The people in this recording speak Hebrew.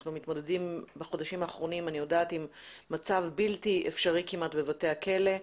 אנחנו מתמודדים בחודשים האחרונים עם מצב בלתי אפשרי כמעט בבתי הכלא,